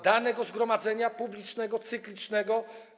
Danego zgromadzenia publicznego, cyklicznego?